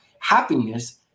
happiness